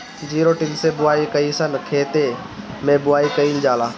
Zero till से बुआई कयिसन खेते मै बुआई कयिल जाला?